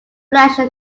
flashed